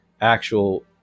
actual